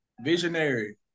Visionary